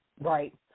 Right